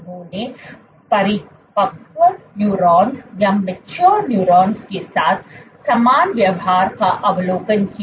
उन्होंने परिपक्व न्यूरॉन्स के साथ समान व्यवहार का अवलोकन किया